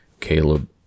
Caleb